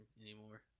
anymore